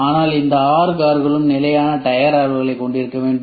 ஆனால் இந்த ஆறு கார்களும் நிலையான டயர் அளவுகளைக் கொண்டிருக்க வேண்டும்